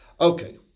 Okay